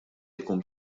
jkun